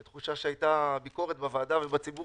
עלתה תחושה של ביקורת בוועדה ובציבור